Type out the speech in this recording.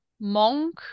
monk